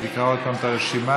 היא תקרא עוד פעם את הרשימה,